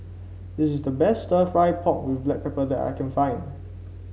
it's the best stir fry pork with Black Pepper that I can find